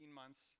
months